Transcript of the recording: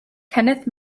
kenneth